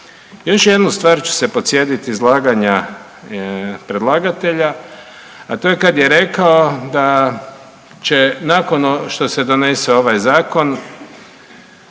Još jednu stvar ću se podsjetiti izlaganja predlagatelja, a to je kada je rekao da će nakon što se donese ovaj Zakon